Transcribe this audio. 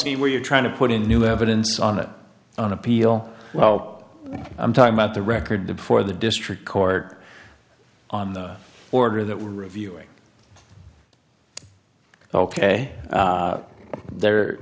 o where you're trying to put in new evidence on that on appeal well i'm talking about the record for the district court on the order that we're reviewing ok there